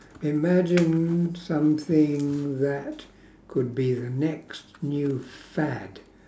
imagine something that could be the next new fad